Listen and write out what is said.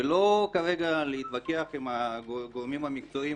ולא להתווכח כרגע עם הגורמים המקצועיים,